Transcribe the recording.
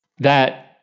that